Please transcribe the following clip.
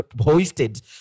hoisted